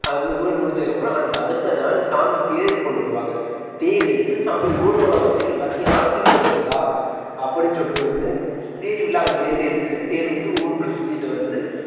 அந்த மாதிரி முடிஞ்சதுக்கப்புறம் அதுக்கு அடுத்த நாள் சாமிக்கு தேர் கொண்டு வருவாங்க தேர் இழுத்து சாமி ஊர்வலம் வந்து எல்லாத்தையும் ஆசிர்வதிக்கிறார் அப்படின்னு சொல்லிட்டு வந்து தேர் விழா அங்கேயிந்து இழுத்துட்டு தேர் வந்து ஊருக்குள்ளே சுற்றிட்டு வந்து